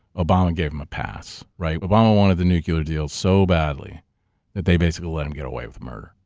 obama gave them a pass, right? obama wanted the nuclear deal so badly that they basically let him get away with murder.